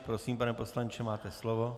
Prosím, pane poslanče, máte slovo.